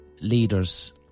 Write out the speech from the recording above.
leaders